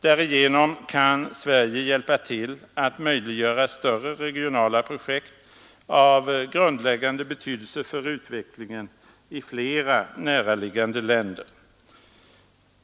Därigenom kan Sverige hjälpa till att möjliggöra större regionala projekt av grundläggande betydelse för utvecklingen i flera näraliggande länder.